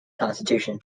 constitution